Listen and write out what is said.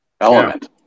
element